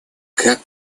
как